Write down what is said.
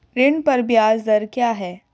ऋण पर ब्याज दर क्या है?